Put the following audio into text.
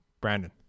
Brandon